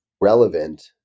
relevant